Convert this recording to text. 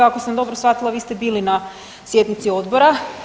Ako sam dobro shvatila, vi ste bili na sjednici Odbora.